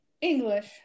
English